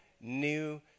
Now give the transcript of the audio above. new